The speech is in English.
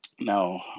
Now